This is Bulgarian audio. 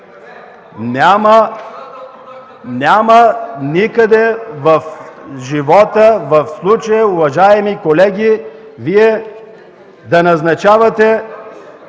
Няма никъде в живота, в случая, уважаеми колеги, Вие да назначавате